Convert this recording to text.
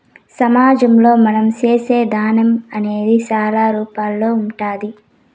సమాజంలో మనం చేసే దానం అనేది చాలా రూపాల్లో ఉంటాది